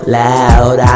loud